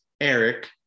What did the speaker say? eric